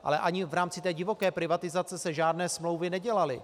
Ale ani v rámci té divoké privatizace se žádné smlouvy nedělaly.